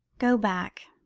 go back,